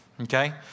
Okay